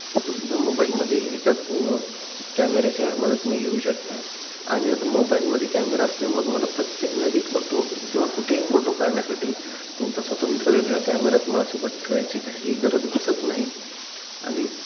फोटोसुद्धा मोबाईलमध्ये एकाच कॅमेऱ्याच्या मदतीने घेऊ शकता आणि आता मोबाईलमध्ये कॅमेरा असल्यामुळं तुम्हाला प्रत्येक जागी फोटो किंवा कुठेही फोटो काढण्यासाठी तुमचा स्वतंत्र वेगळा कॅमेरा तुम्हाला सोबत ठेवायची काही गरज भासत नाही आणि